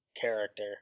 character